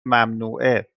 ممنوعه